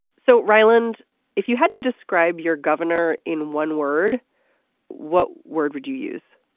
so rowland if you had to describe your governor in one word what word would you use.